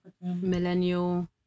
millennial